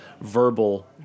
verbal